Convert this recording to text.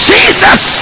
Jesus